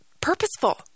purposeful